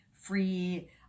free